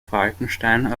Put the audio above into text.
falkenstein